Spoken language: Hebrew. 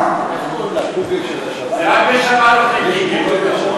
רק בשבת אוכלים קיגל.